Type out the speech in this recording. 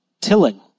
tilling